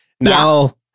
now